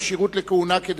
כשירות לכהונה כדירקטור).